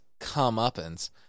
comeuppance